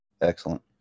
Excellent